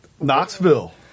Knoxville